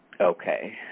Okay